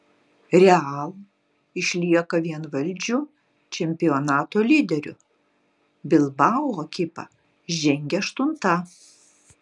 real išlieka vienvaldžiu čempionato lyderiu bilbao ekipa žengia aštunta